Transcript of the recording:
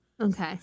okay